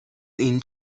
این